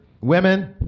women